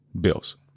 bills